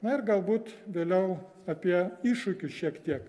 na ir galbūt vėliau apie iššūkius šiek tiek